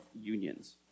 unions